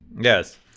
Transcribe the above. Yes